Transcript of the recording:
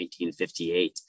1958